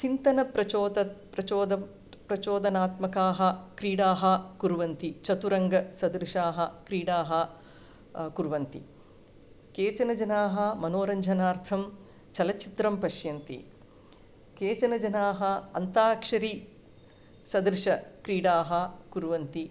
चिन्तनं प्रचोद प्रचोद प्रचोदनात्मकाः क्रीडाः कुर्वन्ति चतुरङ्ग सदृशाः क्रीडाः कुर्वन्ति केचन जनाः मनोरञ्जनार्थं चलचित्रं पश्यन्ति केचनजनाः अन्ताक्षरी सदृशक्रीडाः कुर्वन्ति